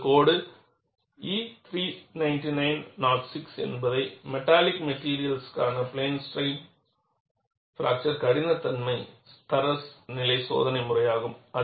உங்கள் code E 399 06 என்பது metallic மெட்டிரியல்ஸ்கான பிளேன் ஸ்ட்ரைன் பிராக்சர் கடினத்தன்மை தரநிலை சோதனை முறையாகும்